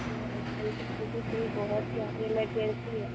ma'am जल्दी कोशिश करिए बहुत यहाँ पर इमरजेंसी है